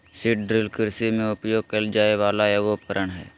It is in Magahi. सीड ड्रिल कृषि में उपयोग कइल जाय वला एगो उपकरण हइ